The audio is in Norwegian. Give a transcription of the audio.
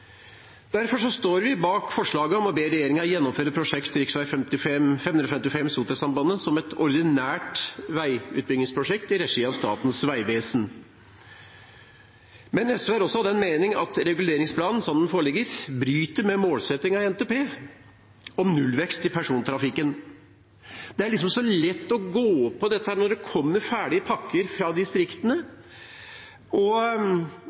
Derfor står vi bak forslaget om å be regjeringen gjennomføre prosjekt rv. 555 Sotrasambandet som et ordinært veiutbyggingsprosjekt i regi av Statens vegvesen. SV er også av den mening at reguleringsplanen, sånn den foreligger, bryter med målsettingen i NTP om nullvekst i persontrafikken. Det er liksom så lett å gå på dette når det kommer ferdige pakker fra distriktene. Det er så naturlig igjen og